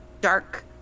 dark